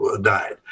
died